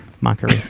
Mockery